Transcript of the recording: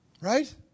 Right